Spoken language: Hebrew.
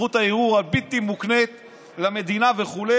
זכות הערעור הבלתי-מוקנית למדינה וכו',